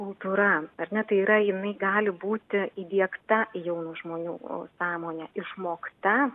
kultūra ar ne tai yra jinai gali būti įdiegta jaunų žmonių sąmonė išmokta